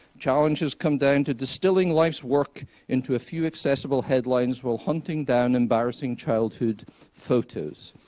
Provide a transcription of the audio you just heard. challenges come down to distilling life's work into a few accessible headlines while hunting down embarrassing childhood photos.